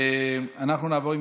אנחנו נעבור,